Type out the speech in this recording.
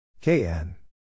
KN